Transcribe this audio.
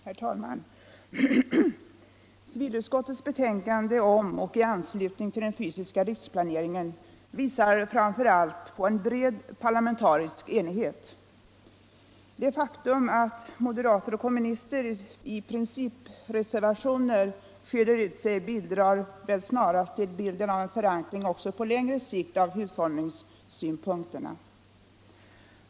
Herr talman! Civilutskottets betänkanden om och i anslutning till den fysiska riksplaneringen visar framför allt på en bred parlamentarisk enighet. Det faktum att moderater och kommunister i principreservationer skiljer ut sig bidrar snarast till bilden av en förankring också på längre sikt av hushållningssynpunkterna.